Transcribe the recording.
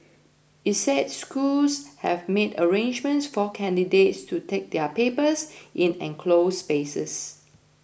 it said schools have made arrangements for candidates to take their papers in enclosed spaces